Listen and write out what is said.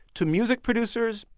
to music producers,